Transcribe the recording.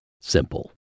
simple